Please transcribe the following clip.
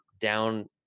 down